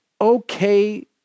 okay